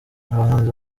abahanzi